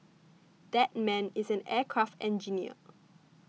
that man is an aircraft engineer